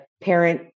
parent